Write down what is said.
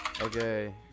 Okay